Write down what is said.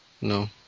No